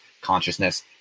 consciousness